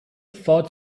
fought